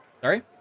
Sorry